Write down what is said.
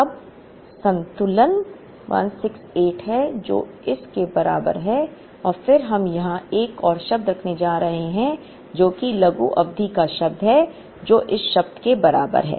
अब संतुलन 168 है जो इस के बराबर है और फिर हम यहां एक और शब्द रखने जा रहे हैं जो कि लघु अवधि का शब्द है जो इस शब्द के बराबर है